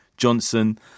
johnson